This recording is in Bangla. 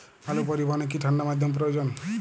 আলু পরিবহনে কি ঠাণ্ডা মাধ্যম প্রয়োজন?